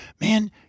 man